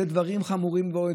אלה דברים חמורים מאוד,